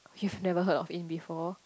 you've never heard of in B four